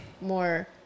more